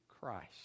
Christ